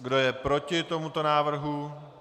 Kdo je proti tomuto návrhu?